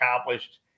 accomplished